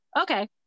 okay